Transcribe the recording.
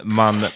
man